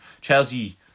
Chelsea